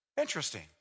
Interesting